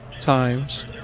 times